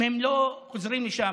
אם הם לא חוזרים לשם,